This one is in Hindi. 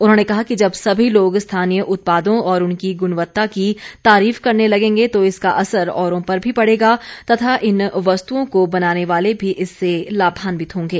उन्होंने कहा कि जब सभी लोग स्थानीय उत्पादों और उनकी गुणवत्ता की तारीफ करने लगेंगे तो इसका असर औरों पर भी पड़ेगा तथा इन वस्तुओं को बनाने वाले भी इससे लामान्वित होंगे